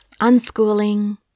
unschooling